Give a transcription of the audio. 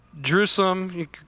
Jerusalem